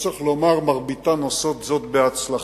וצריך לומר, מרביתן עושות זאת בהצלחה.